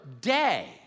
day